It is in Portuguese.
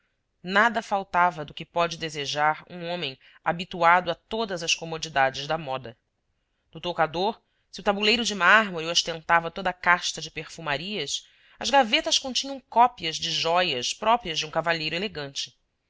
nada faltava do que pode desejar um homem habituado a todas as comodidades da moda no toucador se o tabuleiro de mármore ostentava toda a casta de perfumarias as gavetas continham cópias de jóias próprias de um cavalheiro elegante